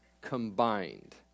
combined